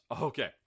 Okay